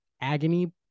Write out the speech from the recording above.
agony